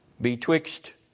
Betwixt